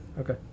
okay